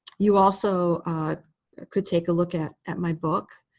you also could take a look at at my book.